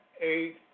eight